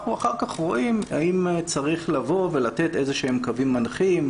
אנחנו אחר כך רואים האם צריך לבוא ולתת איזה שהם קווים מנחים,